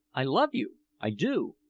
i love you i do!